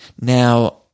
Now